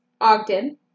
Ogden